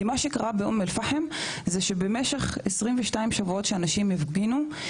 כי מה שקרה באום אל פחם זה שבמשך 22 שבועות שאנשים הפגינו,